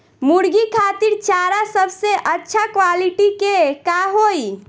मुर्गी खातिर चारा सबसे अच्छा क्वालिटी के का होई?